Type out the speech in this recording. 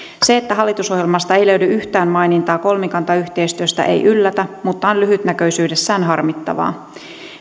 se että hallitusohjelmasta ei löydy yhtään mainintaa kolmikantayhteistyöstä ei yllätä mutta on lyhytnäköisyydessään harmittavaa